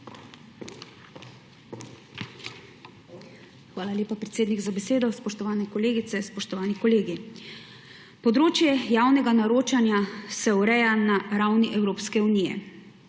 Hvala lepa, predsednik, za besedo. Spoštovane kolegice in kolegi! Področje javnega naročanja se ureja na ravni Evropske unije,